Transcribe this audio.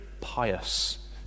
pious